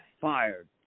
Fired